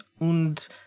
und